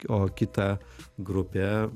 o kita grupė